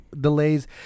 delays